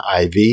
IV